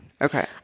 Okay